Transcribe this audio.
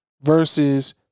versus